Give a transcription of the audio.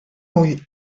ull